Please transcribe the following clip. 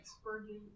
Spurgeon